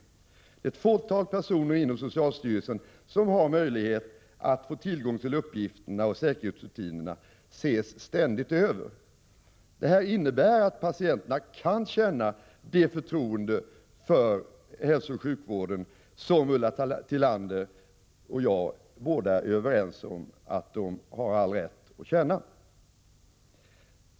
Det är ett fåtal personer inom socialstyrelsen som har möjlighet att få tillgång till uppgifterna, och säkerhetsrutinerna ses ständigt över. Detta innebär att patienterna kan känna det förtroende för hälsooch sjukvården som både Ulla Tillander och jag är överens om att de har all rätt att känna.